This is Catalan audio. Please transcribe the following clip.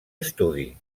estudi